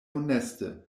honeste